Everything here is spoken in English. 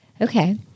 Okay